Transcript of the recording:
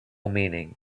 meaning